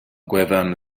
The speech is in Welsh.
gwefan